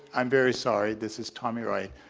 um very sorry. this is tommy wright.